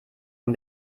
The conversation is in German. und